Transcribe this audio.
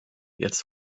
jetzt